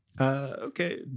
Okay